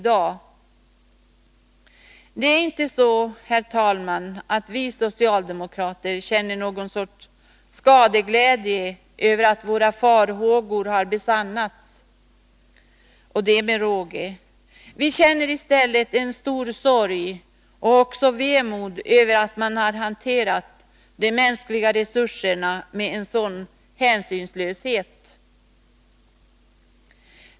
Det är inte så, herr talman, att vi socialdemokrater känner någon sorts skadeglädje över att våra farhågor har besannats — och det med råge. Vi känner i stället stor sorg och stort vemod över att man har hanterat de mänskliga resurserna med en sådan hänsynslöshet.